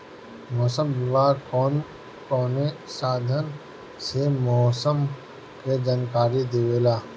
मौसम विभाग कौन कौने साधन से मोसम के जानकारी देवेला?